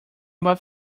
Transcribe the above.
about